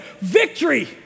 victory